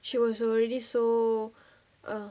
she was already so err